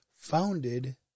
founded